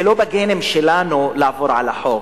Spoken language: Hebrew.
זה לא בגנים שלנו לעבור על החוק.